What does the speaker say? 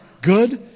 good